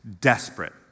Desperate